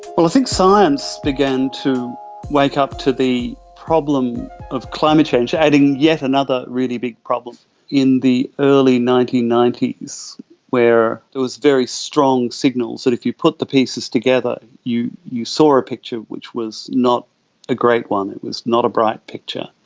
well, i think science began to wake up to the problem of climate change, adding yet another really big problem in the early nineteen ninety s where there was very strong signals that if you put the pieces together, you you saw a picture which was not a great one, it's not a bright picture.